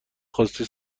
خواستی